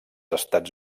estats